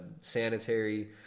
sanitary